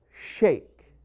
shake